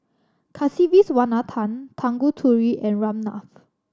Kasiviswanathan Tanguturi and Ramnath